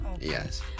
yes